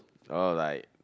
oh like